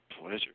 pleasure